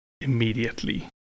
immediately